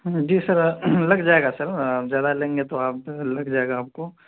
جی sir لگ جائے گا سر زیادہ لیں گے تو آپ لگ جائے گا آپ کو